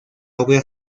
obra